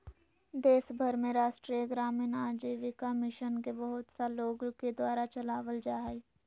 देश भर में राष्ट्रीय ग्रामीण आजीविका मिशन के बहुत सा लोग के द्वारा चलावल जा हइ